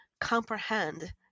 comprehend